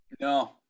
No